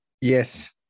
yes